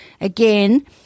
Again